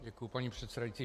Děkuji, pane předsedající.